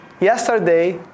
Yesterday